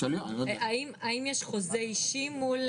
האם יש חוזה אישי מול